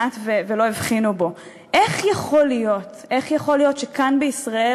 ומי שאמור לייצג אותנו חתם אתמול על הסכם כניעה מביש,